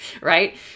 right